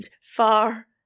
Far